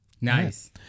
nice